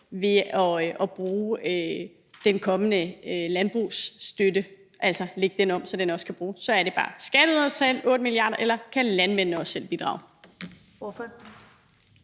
ved at bruge den kommende landbrugsstøtte, altså at lægge den om, så den også kan bruges? Så spørgsmålet er bare: Skal skatteyderne betale 8 mia. kr., eller kan landmændene også selv bidrage?